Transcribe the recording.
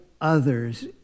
others